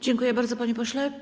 Dziękuję bardzo, panie pośle.